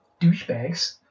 douchebags